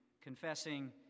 confessing